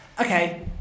Okay